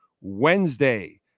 Wednesday